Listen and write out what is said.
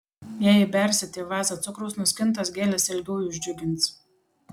jei įbersite į vazą cukraus nuskintos gėlės ilgiau jus džiugins